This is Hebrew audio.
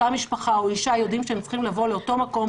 אותה משפחה או אישה יודעים שהם צריכים לבוא לאותו מקום